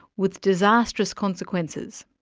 with disastrous consequences.